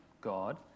God